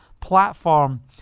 platform